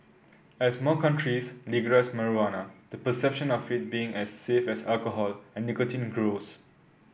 as more countries legalise marijuana the perception of it being as safe as alcohol and nicotine grows